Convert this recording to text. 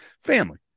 family